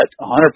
100%